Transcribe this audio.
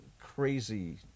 crazy